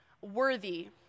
worthy